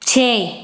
ਛੇ